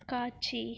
காட்சி